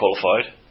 qualified